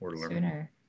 sooner